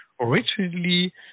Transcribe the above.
originally